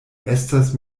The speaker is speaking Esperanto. estas